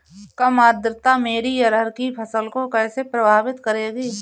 कम आर्द्रता मेरी अरहर की फसल को कैसे प्रभावित करेगी?